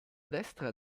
destra